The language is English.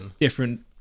different